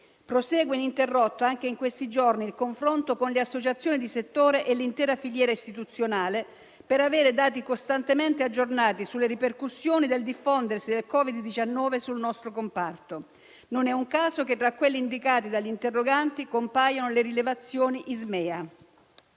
prosegue ininterrotto, anche in questi giorni, il confronto con le associazioni di settore e l'intera filiera istituzionale per avere dati costantemente aggiornati sulle ripercussioni del diffondersi del Covid-19 sul nostro comparto. Non è un caso che tra quelle indicate dagli interroganti compaiano le rilevazioni Ismea.